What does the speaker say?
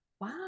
wow